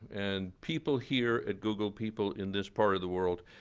and people here at google, people in this part of the world,